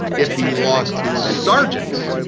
if he lost his sergeants,